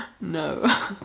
no